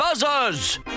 Buzzers